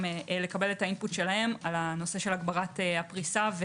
גם את האינפוט שלהם על הנושא של הגברת הפריסה,